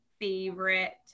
favorite